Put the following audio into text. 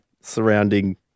surrounding